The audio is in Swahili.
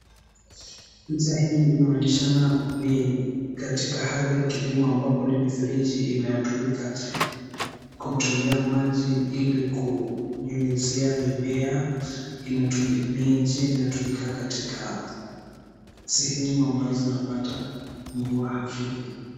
Picha hii inaonyeshana ni katika hali ya kilimo ambapo ni mifereji inayotumika kutolea maji ili kunyunyuzia mimea. Ni njia inayotumika katika sehemu ambazo inapata mvua hafifu.